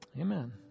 Amen